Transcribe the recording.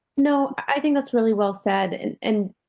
no, i think that's really well said and and,